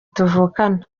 tuvukana